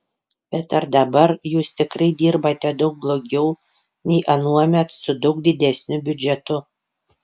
bet ar dabar jūs tikrai dirbate daug blogiau nei anuomet su daug didesniu biudžetu